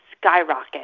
skyrocket